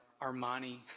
Armani